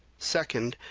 second,